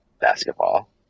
basketball